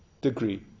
degree